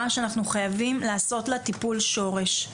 שאנחנו חייבים לעשות לה טיפול שורש.